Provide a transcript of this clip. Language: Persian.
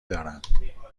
دارم